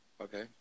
Okay